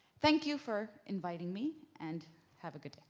thank you for inviting me and have a good